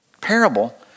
parable